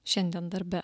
šiandien darbe